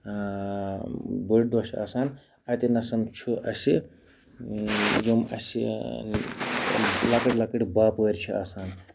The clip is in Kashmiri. بٔڑۍ دۄہ چھِ آسان اَتہِ نَس چھُ اَسہِ یِم اَسہِ لۄکٕٹۍ لۄکٕٹۍ باپٲرۍ چھِ آسان